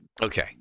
Okay